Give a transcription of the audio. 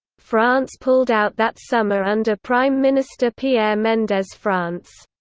france pulled out that summer under prime minister pierre mendes france.